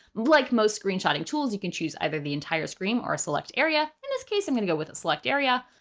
like most screenwriting tools, you can choose either the entire screen or select area. in this case, i'm going to go with a select area.